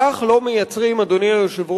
כך לא מייצרים, אדוני היושב-ראש,